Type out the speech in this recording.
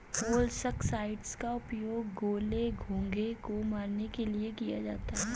molluscicides का उपयोग गोले, घोंघे को मारने के लिए किया जाता है